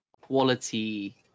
quality